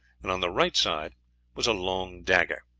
and on the right side was a long dagger.